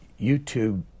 YouTube